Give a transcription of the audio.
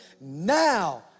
now